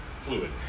fluid